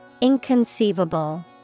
Inconceivable